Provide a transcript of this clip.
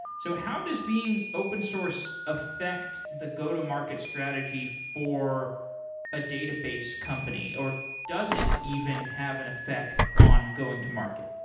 so how does being open source affect the go-to-market strategy for a database company, or does it even have an effect on going to market?